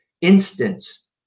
instance